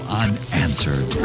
unanswered